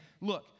look